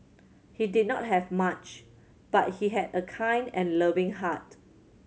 he did not have much but he had a kind and loving heart